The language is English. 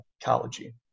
Ecology